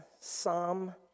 Psalm